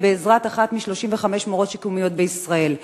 בעזרת אחת מ-35 מורות שיקומיות בישראל.